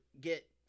get